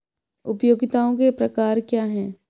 उपयोगिताओं के प्रकार क्या हैं?